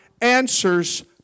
answers